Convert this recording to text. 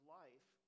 life